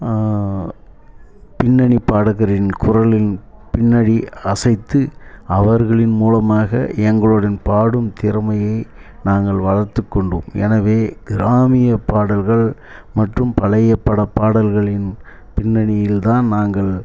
பின்னணி பாடகரின் குரலின் பின்னணி அசைத்து அவர்களின் மூலமாக எங்களுடன் பாடும் திறமையை நாங்கள் வளர்த்துக் கொண்டோம் எனவே கிராமியப் பாடல்கள் மற்றும் பழைய படப் பாடல்களின் பின்னணியில் தான் நாங்கள்